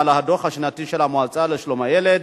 הדוח השנתי של המועצה לשלום הילד,